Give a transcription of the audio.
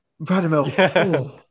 Radamel